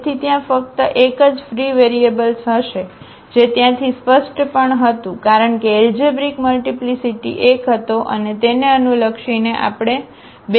તેથી ત્યાં ફક્ત એક જ ફ્રી વેરીએબલ્સહશે જે ત્યાંથી સ્પષ્ટ પણ હતું કારણ કે એલજેબ્રિક મલ્ટીપ્લીસીટી એક હતો અને તેને અનુલક્ષીને આપણે બે ફ્રી વેરિયેબલ મેળવી શકતા નથી